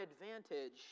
advantage